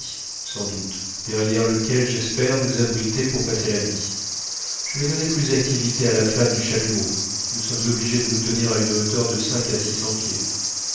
sans doute derrière lequel j'espère nous abriter pour passer la nuit je vais donner plus d'activité à la flamme du chalumeau nous sommes obligés de nous tenir à une hauteur de cinq à six cents pieds